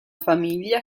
famiglia